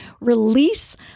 release